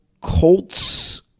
Colts